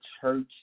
church